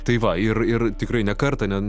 tai va ir ir tikrai ne kartą ne